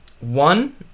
One